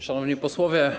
Szanowni Posłowie!